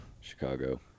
Chicago